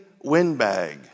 windbag